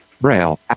Braille